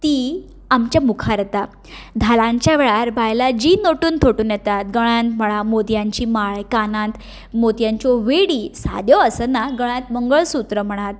ती आमच्या मुखार येता धालांच्या वेळार जी बायलां नटून थटून येता गळ्यांत म्हणा मोतयांची माळ कानांत मोतयांच्यो वेडी साद्यो आसनात गळ्यांत मंगळसूत्र म्हणात